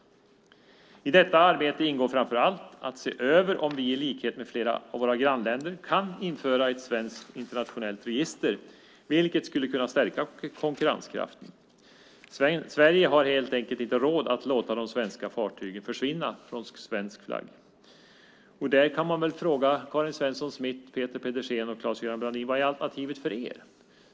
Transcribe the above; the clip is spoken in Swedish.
I detta arbete ingår framför allt att se över om vi i likhet med flera av våra grannländer kan införa ett svenskt internationellt register vilket skulle kunna stärka konkurrenskraften. Sverige har helt enkelt inte råd att låta de svenska fartygen försvinna från svensk flagg. Här vill jag fråga Karin Svensson Smith, Peter Pedersen och Claes-Göran Brandin vad alternativet för dem är.